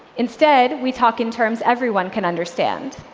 instead, we talk in terms everyone can understand.